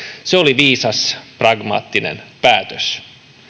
se oli viisas pragmaattinen päätös